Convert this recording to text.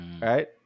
Right